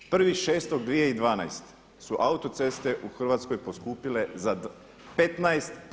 1.6.2012. su autoceste u Hrvatskoj poskupile za 15%